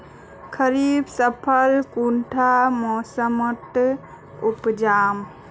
खरीफ फसल कुंडा मोसमोत उपजाम?